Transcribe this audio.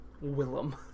Willem